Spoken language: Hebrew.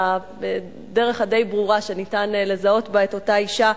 הדרך הדי-ברורה שניתן לזהות בה את אותה אשה.